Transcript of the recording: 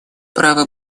право